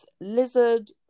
lizard